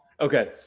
Okay